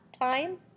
time